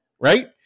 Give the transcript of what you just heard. right